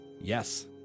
Yes